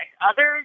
others